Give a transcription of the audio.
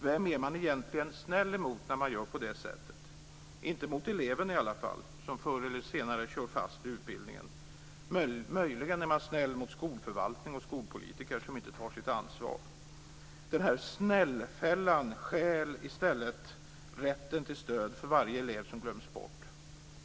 Vem är man egentligen snäll mot när man gör på det sättet? Inte mot eleven i alla fall, som förr eller senare kör fast i utbildningen. Möjligen är man snäll mot skolförvaltning och skolpolitiker som inte tar sitt ansvar. Den här "snällfällan" stjäl i stället rätten till stöd för varje elev som glöms bort.